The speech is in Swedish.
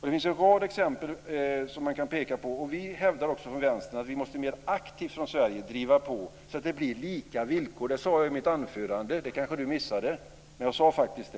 Det finns en rad exempel att peka på, och vi hävdar från Vänstern att Sverige måste mer aktivt driva på så att det blir lika villkor. Det sade jag i mitt anförande, men det kanske Ola Karlsson missade.